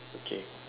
okay